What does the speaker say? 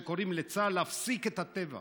שקוראים לצה"ל להפסיק את הטבח